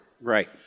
Right